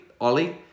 Ollie